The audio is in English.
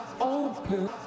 open